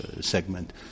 segment